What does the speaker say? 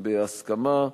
בהסכמה.